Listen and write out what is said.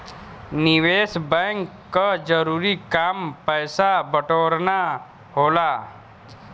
निवेस बैंक क जरूरी काम पैसा बटोरना होला